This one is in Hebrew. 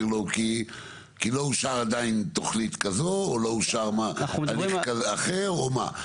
כי לא אושר עדיין תוכנית כזו או לא אושר הליך אחר או מה?